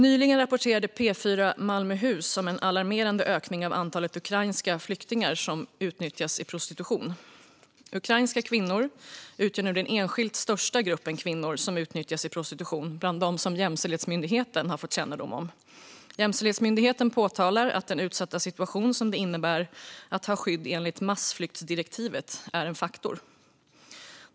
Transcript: Nyligen rapporterade P4 Malmöhus om en alarmerande ökning av antalet ukrainska flyktingar som utnyttjas i prostitution. Ukrainska kvinnor utgör nu den enskilt största gruppen kvinnor som utnyttjas i prostitution bland dem som Jämställdhetsmyndigheten har fått kännedom om. Jämställdhetsmyndigheten påtalar att den utsatta situation som det innebär att ha skydd enligt massflyktsdirektivet är en faktor.